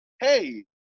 hey